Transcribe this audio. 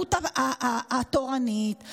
התרבות התורנית.